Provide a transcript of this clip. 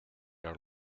are